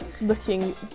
looking